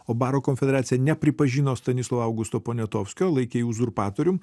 o baro konfederacija nepripažino stanislovo augusto poniatovskio laikė jį uzurpatorium